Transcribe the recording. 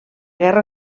guerra